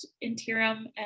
interim